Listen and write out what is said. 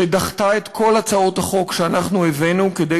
שדחתה את כל הצעות החוק שאנחנו הבאנו כדי